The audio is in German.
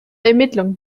ermittlung